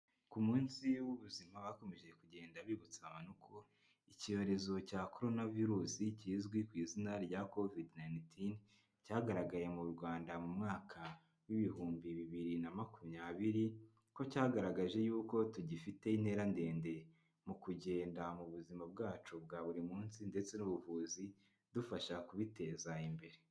Ku munsi w'ubuzima bakomeje kugenda bibutsa abantu ko icyorezo cya korona virusi kizwi ku izina rya Covid-19, cyagaragaye mu Rwanda mu mwaka w'ibihumbi bibiri na makumyabiri, ko cyagaragaje yuko tugifite intera ndende mu kugenda mu buzima bwacu bwa buri munsi ndetse n'ubuvuzi, dufasha kubiteza imbere.